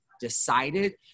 decided